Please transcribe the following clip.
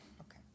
Okay